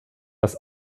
das